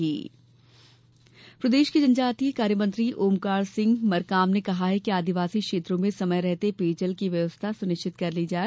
मरकाम समीक्षा प्रदेश के जनजातीय कार्य मंत्री ओमकार सिंह मरकाम ने कहा कि आदिवासी क्षेत्रों में समय रहते पेयजल की व्यवस्था सुनिश्चित कर ली जाए